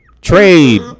trade